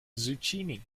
zucchini